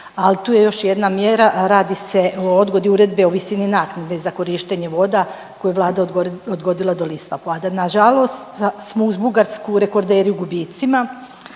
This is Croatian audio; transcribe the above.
Ali tu je još jedna mjera, radi se o odgodi Uredbe o visini naknade za korištenje voda koje je Vlada odgodila do listopada. Nažalost smo uz Bugarsku rekorderi u gubicima,